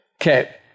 Okay